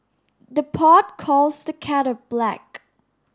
the pot calls the kettle black